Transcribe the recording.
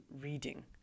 reading